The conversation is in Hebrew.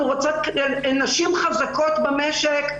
אנחנו רוצות נשים חזקות במשק,